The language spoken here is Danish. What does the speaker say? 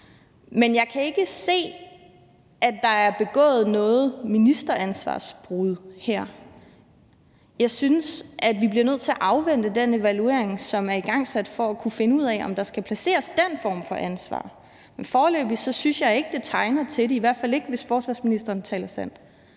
men jeg kan ikke se, at der er begået noget brud på ministeransvarlighedsloven her. Jeg synes, at vi bliver nødt til at afvente den evaluering, som er igangsat, for at kunne finde ud af, om der skal placeres et sådant ansvar. Men foreløbig synes jeg ikke, det tegner til det, i hvert fald ikke hvis forsvarsministeren taler sandt.